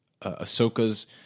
Ahsoka's